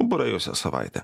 praėjusią savaitę